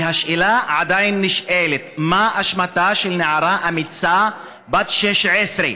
והשאלה עדיין נשאלת: מה אשמתה של נערה אמיצה בת 16?